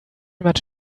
much